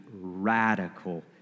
radical